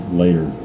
later